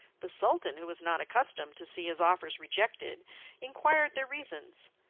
the sultan who was not accustomed to see his offers rejected inquired their reasons,